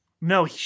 No